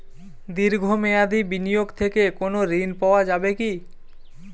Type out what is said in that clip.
দীর্ঘ মেয়াদি বিনিয়োগ থেকে কোনো ঋন পাওয়া যাবে কী?